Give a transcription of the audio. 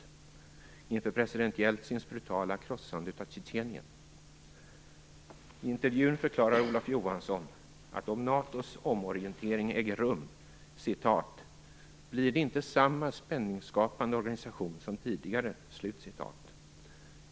Eller inför president Jeltsins brutala krossande av Tjetjenien? I intervjun förklarar Olof Johansson att om NATO:s omorientering äger rum "blir det inte samma spänningsskapande organisation som tidigare."